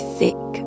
thick